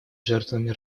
жертвами